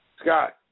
Scott